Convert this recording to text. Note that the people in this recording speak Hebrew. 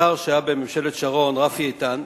שר שהיה בממשלת שרון, רפי איתן,